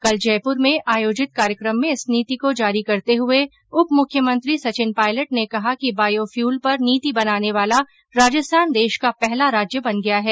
कल जयपुर में आयोजित कार्यक्रम में इस नीति को जारी करते हुए उप मुख्यमंत्री सचिन पायलट ने कहा कि बायोफ्यूल पर नीति बनाने वाला राजस्थान देश का पहला राज्य बन गया है